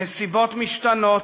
נסיבות משתנות,